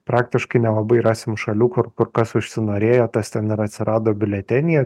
praktiškai nelabai rasime šalių kur kur kas užsinorėjo tas ten ir atsirado biuletenyje